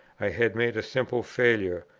i had made a simple failure,